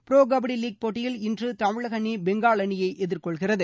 bro kabaddi league போட்டியில் இன்று தமிழக அணி பெங்கால் அணியை எதிர் கொள்கிறது